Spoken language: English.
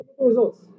results